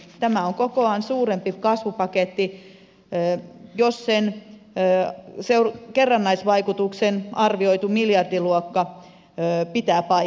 tämä on kokoaan suurempi kasvupaketti jos sen kerrannaisvaikutuksen arvioitu miljardiluokka pitää paikkansa